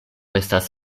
estas